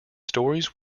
stories